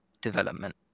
development